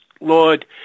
Lord